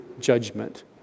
judgment